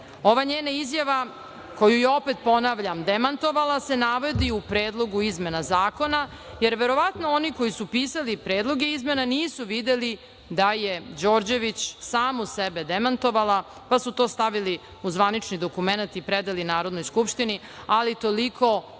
Ova njena izjava koju je, opet ponavljam, demantovala se navodi u Predlogu izmena zakona, jer verovatno oni koji su pisali predloge izmena nisu videli da je Đorđević samu sebe demantovala, pa su to stavili u zvanični dokument i predali Narodnoj skupštini, ali toliko kako